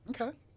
okay